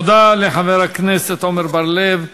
תודה לחבר הכנסת עמר בר-לב.